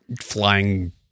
flying